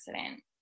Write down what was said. accident